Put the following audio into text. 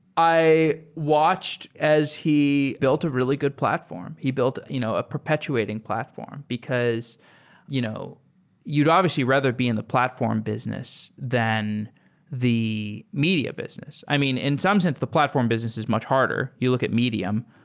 i watched as he built a really good platform. he built you know a perpetuating platform, because you know you'd obviously rather be in the platform business than the media business. i mean, in some sense, the platform business is much harder. you look at medium.